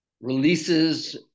releases